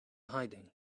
hiding